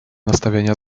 nastawienia